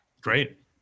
Great